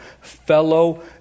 Fellow